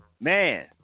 Man